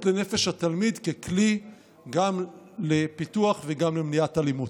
לנפש התלמיד ככלי לפיתוח וגם למניעת אלימות.